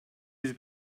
yüz